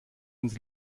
uns